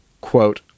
quote